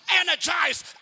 energize